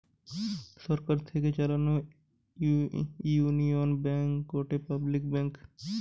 সরকার থেকে চালানো union bank গটে পাবলিক ব্যাঙ্ক